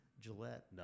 Gillette